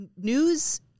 news